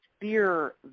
fear